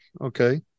okay